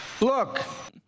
Look